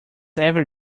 ever